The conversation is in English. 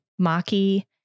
Maki